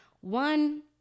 One